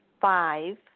five